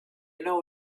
know